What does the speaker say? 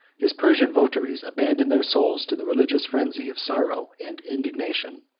his persian votaries abandon their souls to the religious frenzy of sorrow and indignation.